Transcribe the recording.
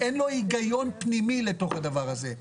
אין לו הגיון פנימי לתוך הדבר הזה.